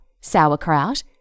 sauerkraut